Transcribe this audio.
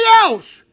else